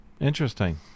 interesting